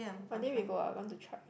Monday we go ah I want to try